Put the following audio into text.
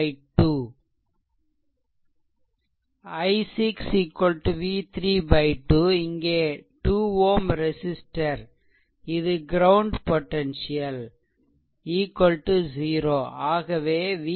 i6 v3 2 இங்கே 2 Ω resistor இது ground potential 0 ஆகவே v3 2 i6